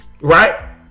right